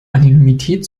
anonymität